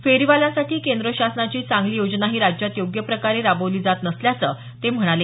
फेरीवाल्यांसाठी केंद्रशासनाची चांगली योजनाही राज्यात योग्य प्रकारे राबवली जात नसल्याचं ते म्हणाले